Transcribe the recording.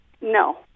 No